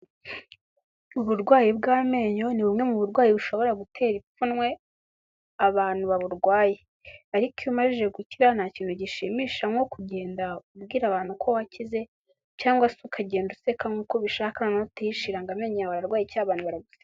Uburwayi bw'amenyo ni bumwe mu burwayi bushobora gutera ipfunwe abantu baburwaye. Ariko iyo umajije gukira nta kintu gishimisha nko kugenda ubwira abantu ko wakize cyangwa se ukagenda useka nkuko ubishaka ntiyishiraga amenyo yawe abarwaye cyangwa abantu baraguseka.